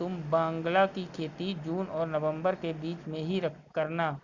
तुम बांग्ला की खेती जून और नवंबर के बीच में ही करना